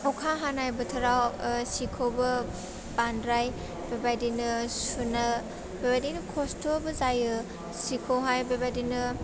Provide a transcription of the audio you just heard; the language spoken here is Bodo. अखा हानाय बोथोराव ओह सिखौबो बान्द्राय बेबायदिनो सुनो बेबायदिनो खस्थ'बो जायो सिखौहाइ बेबायदिनो